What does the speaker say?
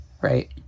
Right